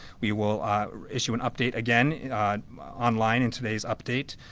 we will issue an update again online in today's update.